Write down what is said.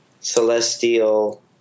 Celestial